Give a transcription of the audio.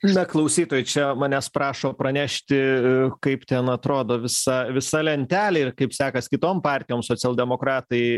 na klausytojai čia manęs prašo pranešti kaip ten atrodo visa visa lentelė ir kaip sekas kitom partijom socialdemokratai